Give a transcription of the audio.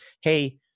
hey